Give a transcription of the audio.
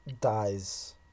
dies